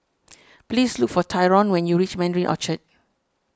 please look for Tyron when you reach Mandarin Orchard